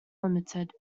limited